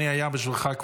תן לי, אני אעשה את